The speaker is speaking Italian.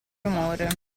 rumore